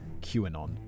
QAnon